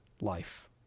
life